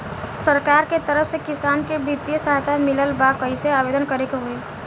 सरकार के तरफ से किसान के बितिय सहायता मिलत बा कइसे आवेदन करे के होई?